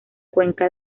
cuenca